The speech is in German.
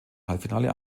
halbfinale